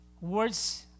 words